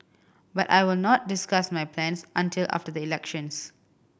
but I will not discuss my plans until after the elections